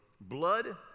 blood